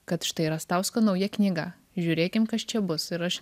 kad štai rastausko nauja knyga žiūrėkim kas čia bus ir aš